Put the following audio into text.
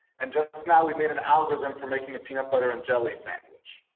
and just now we've made an algorithm for making a peanut butter and jelly sandwich.